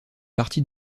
partie